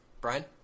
Brian